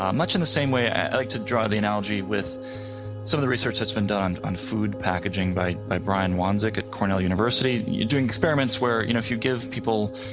ah much in the same way, i like to draw the analogy with some of the research that's been done on food packaging by by brian wansink at cornell university. you're doing experiments where you know if you give people,